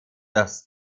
das